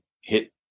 hit